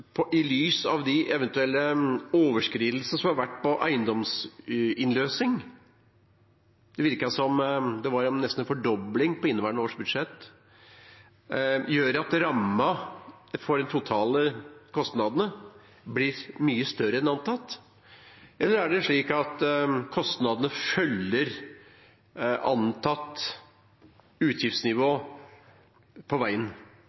kostnadene, i lys av de eventuelle overskridelsene som har vært på eiendomsinnløsning – det var nesten en fordobling på inneværende års budsjett – at rammen for de totale kostnadene blir mye større enn antatt, eller følger kostnadene det antatte utgiftsnivået på veien? I dette tilfellet er det nok eit spørsmål om ein har teke på